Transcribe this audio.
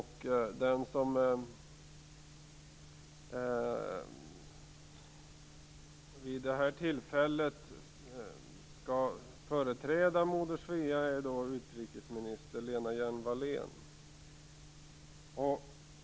Den som vid det här tillfället skall företräda Moder Svea är utrikesminister Lena Hjelm-Wallén.